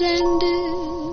ended